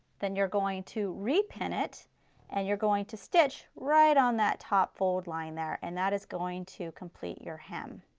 then you're going to re-pin it and you're going to stitch, right on that top fold line there and that is going to complete your hem.